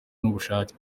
n’ubushake